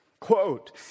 Quote